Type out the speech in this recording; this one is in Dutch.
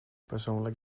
persoonlijk